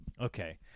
Okay